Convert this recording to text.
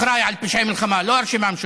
אחראי לפשעי מלחמה, לא הרשימה המשותפת.